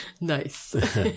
nice